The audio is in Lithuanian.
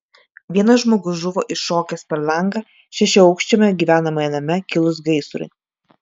vienas žmogus žuvo iššokęs per langą šešiaaukščiame gyvenamajame name kilus gaisrui